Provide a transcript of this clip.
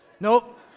Nope